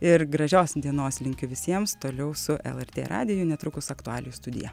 ir gražios dienos linkiu visiems toliau su lrt radiju netrukus aktualijų studija